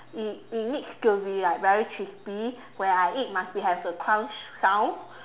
it it needs to be like very crispy when I eat must be have the crunch sound